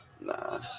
nah